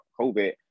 COVID